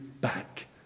back